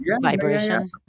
vibration